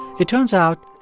it turns out,